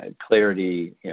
clarity